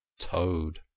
Toad